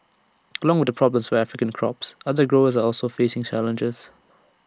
along with the problems for African crops other growers are also facing challenges